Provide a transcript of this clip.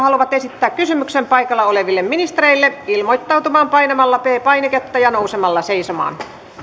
haluavat esittää kysymyksen paikalla oleville ministereille ilmoittautumaan painamalla p painiketta ja nousemalla seisomaan ensimmäinen kysymys